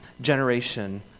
generation